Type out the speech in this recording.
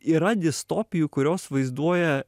yra distopijų kurios vaizduoja